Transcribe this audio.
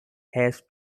has